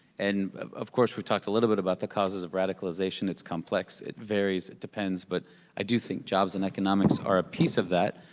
and of course we talked a little bit about the causes of radicalization. it's complex. it varies. it depends, but i do think jobs and economics are a piece of that,